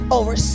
over